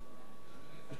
זה